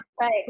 right